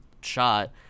shot